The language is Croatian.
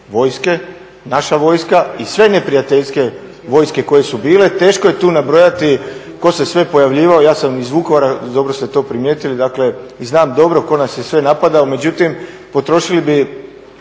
vojske, naša vojska i sve neprijateljske vojske koje su bile. Teško je tu nabrojati tko se sve pojavljivao. Ja sam iz Vukovara i dobro ste to primijetili i dakle i znam dobro tko nas je sve napadao. Međutim, potrošili bi